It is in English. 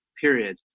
period